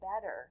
better